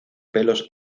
pelos